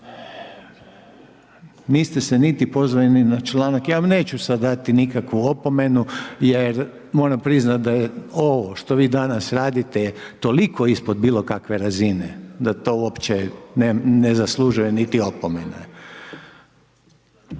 Niste se niti pozvali ni na članak, ja vam neću sada dati nikakvu opomenu jer moram priznati da je ovo što vi danas radite je toliko ispod bilo kakve razine, da to uopće ne zaslužuje niti opomene.